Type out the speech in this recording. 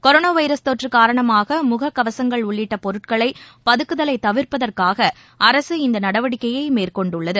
coronavirus தொற்றுகாரணமாகமுககவசங்கள் உள்ளிட்டபொருட்களைபதுக்குதலைதவிர்ப்பதற்காகஅரசு இந்தநடவடிக்கையைமேற்கொண்டுள்ளது